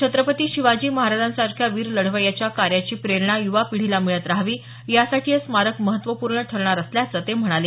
छत्रपती शिवाजी महाराजांसरख्या वीर लढवय्याच्या कार्याची प्रेरणा युवा पिढीला मिळत रहावी यासाठी हे स्मारक महत्वपूर्ण ठरणार असल्याचं ते म्हणाले